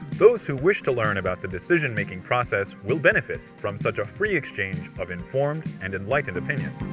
those who wish to learn about the decision-making process will benefit from such a free exchange of informed and enlightened opinion.